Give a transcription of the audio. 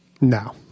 no